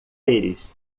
eles